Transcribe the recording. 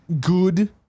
good